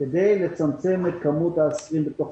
כדי לצמצם את כמות האסירים בתוך